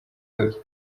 yose